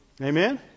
Amen